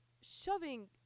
shoving